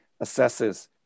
assesses